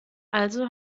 also